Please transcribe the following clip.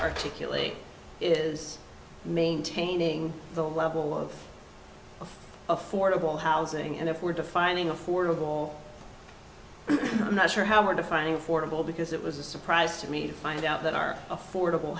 articulate is maintaining the level of affordable housing and if we're defining affordable i'm not sure how we're defining fordable because it was a surprise to me to find out that are affordable